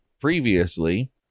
previously